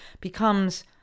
becomes